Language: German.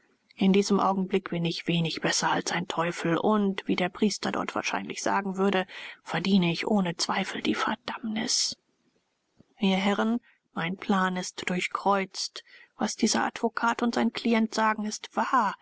in diesem augenblick bin ich wenig besser als ein teufel und wie der priester dort wahrscheinlich sagen würde verdiene ich ohne zweifel die furchtbarsten strafen des himmels das ewige feuer die ewige verdammnis ihr herren mein plan ist durchkreuzt was dieser advokat und sein klient sagen ist wahr